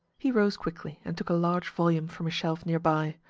he rose quickly and took a large volume from a shelf near by.